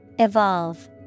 Evolve